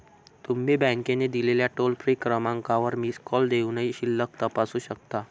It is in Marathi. तुम्ही बँकेने दिलेल्या टोल फ्री क्रमांकावर मिस कॉल देऊनही शिल्लक तपासू शकता